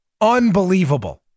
Unbelievable